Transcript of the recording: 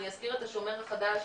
אני אזכיר את השומר החדש,